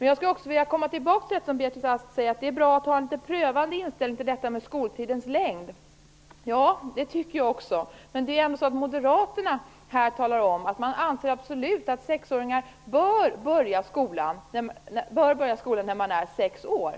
Jag skall återkomma till det som Beatrice Ask säger om att det är bra med en litet prövande inställning till skoltidens längd. Ja, det tycker jag också. Men Moderaterna har talat om att man absolut anser att man bör börja skolan när man är sex år.